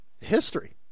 history